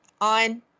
on